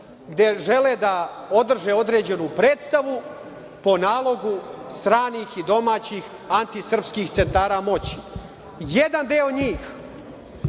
gde žele da održe određenu predstavu po nalogu stranih i domaćih antisrpskih centara moći. Jedan deo njih